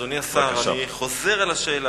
אדוני השר, אני חוזר על השאלה.